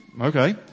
Okay